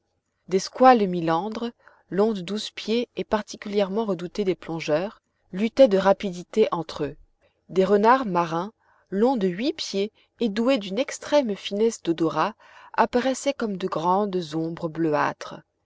des squales milandres longs de douze pieds et particulièrement redoutés des plongeurs luttaient de rapidité entre eux des renards marins longs de huit pieds et doués d'une extrême finesse d'odorat apparaissaient comme de grandes ombres